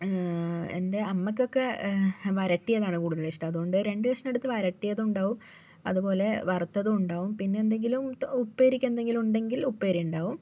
എൻ്റെ അമ്മക്കൊക്കെ വരട്ടിയതാണ് കൂടുതലിഷ്ടം അതുകൊണ്ട് രണ്ട് കഷ്ണം എടുത്തു വരട്ടിയതും ഉണ്ടാകും അതുപ്പോലെ വറത്തതും ഉണ്ടാകും പിന്നെന്തെങ്കിലും ഉപ്പേരിക്കെന്തെങ്കിലും ഉണ്ടെങ്കില് ഉപ്പേരിയുണ്ടാകും